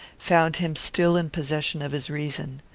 found him still in possession of his reason.